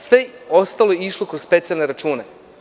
Sve ostalo je išlo kroz specijalne račune.